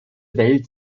welt